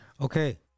okay